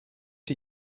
die